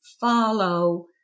follow